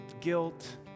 guilt